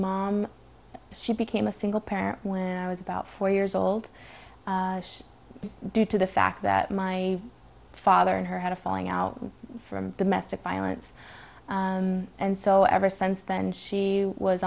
mom she became a single parent when i was about four years old due to the fact that my father and her had a falling out from domestic violence and so ever since then she was